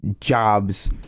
jobs